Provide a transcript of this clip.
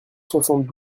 soixante